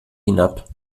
hinab